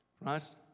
Right